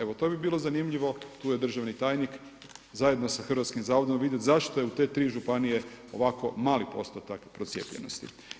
Evo, to bi bilo zanimljivo, tu je državni tajnik, zajedno sa hrvatskim zavodom vidjeti zašto je u te tri županije ovako mali postotak procijepljenosti.